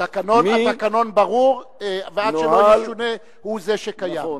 התקנון ברור, ועד שלא ישונה, הוא זה שקיים.